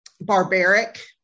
barbaric